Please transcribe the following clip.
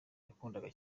yakundaga